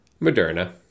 Moderna